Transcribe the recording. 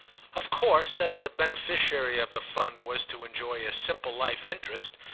of course, as the beneficiary of the fund was to enjoy a simple life-interest,